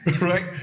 right